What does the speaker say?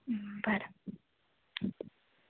बरें